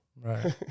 Right